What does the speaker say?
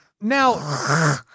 Now